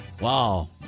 Wow